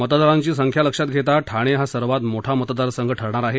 मतदारांची संख्या लक्षात घेता ठाणे हा सर्वात मोठा मतदारसंघ ठरणार आहे